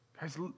Guys